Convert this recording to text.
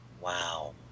Wow